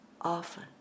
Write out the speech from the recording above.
often